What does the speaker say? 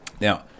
Now